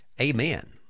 amen